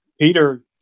Peter